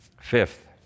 Fifth